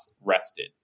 rested